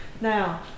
Now